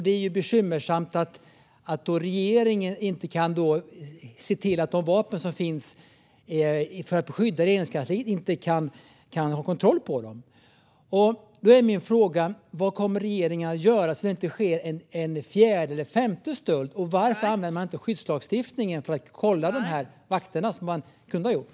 Det är bekymmersamt att regeringen inte kan ha kontroll på de vapen som finns för att skydda Regeringskansliet. Vad kommer regeringen att göra för att det inte ska ske en fjärde och en femte stöld? Varför använder man inte skyddslagstiftningen för att kolla vakterna, vilket man kunde ha gjort?